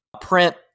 print